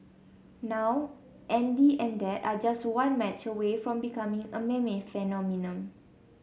now Andy and dad are just one match away from becoming a meme phenomenon